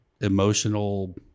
emotional